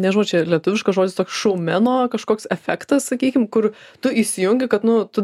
nežinau čia lietuviškas žodis toks šoumeno kažkoks efektas sakykim kur tu įsijungi kad nu tu